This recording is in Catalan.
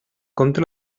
compte